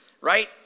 Right